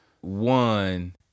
one